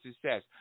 success